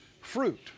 fruit